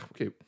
Okay